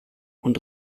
und